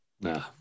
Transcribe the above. Nah